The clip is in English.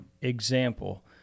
example